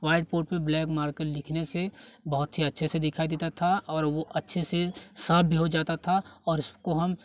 white board पे black marker लिखने से बहुत ही अच्छे से दिखाई देता था और वो अच्छे से साफ़ भी हो जाता था और इस को हम